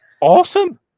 awesome